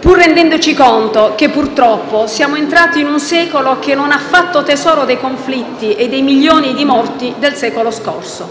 Pur rendendoci conto che, purtroppo, siamo entrati in un secolo che non ha fatto tesoro dei conflitti e dei milioni di morti del secolo scorso,